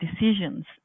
decisions